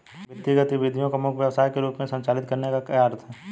वित्तीय गतिविधि को मुख्य व्यवसाय के रूप में संचालित करने का क्या अर्थ है?